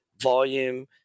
volume